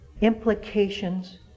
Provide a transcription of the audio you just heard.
implications